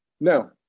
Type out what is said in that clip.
No